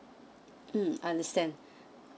mm understand